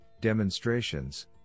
demonstrations